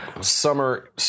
summer